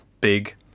big